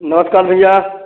नमस्कार भैया